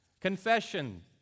Confession